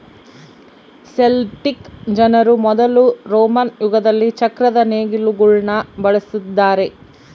Celtic ಜನರು ಮೊದಲು Roman ಯುಗದಲ್ಲಿ ಚಕ್ರದ ನೇಗಿಲುಗುಳ್ನ ಬಳಸಿದ್ದಾರೆ